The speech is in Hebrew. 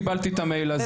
קיבלתי את המייל הזה.